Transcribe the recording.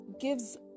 gives